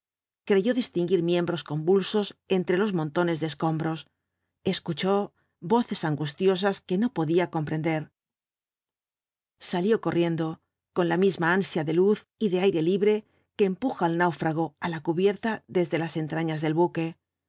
creyó distinguir miembros convulsos entre los montones de escombros escuchó voces angustiosas que no podía comprender salió corriendo con la misma ansia de luz y de aire libre que empuja al náufrago á la cubierta desde las entrañas del buque